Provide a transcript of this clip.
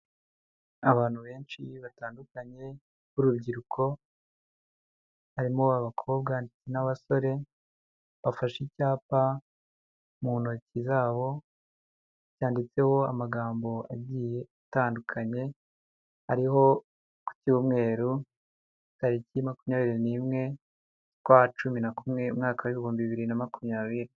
Abantu benshi batandukanye b'urubyiruko harimo abakobwa n'abasore bafashe icyapa mu ntoki zabo cyanditseho amagambo agiye atandukanye ariho ku cy'umweru tariki makumyabiri nimwe z'ukwa cumi na kumwe mwaka w' ibihumbi bibiri na makumyabiri.